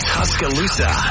Tuscaloosa